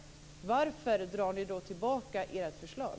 Varför drar ni då tillbaka ert förslag?